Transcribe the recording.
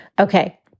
Okay